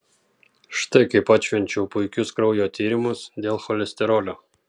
štai kaip atšvenčiau puikius kraujo tyrimus dėl cholesterolio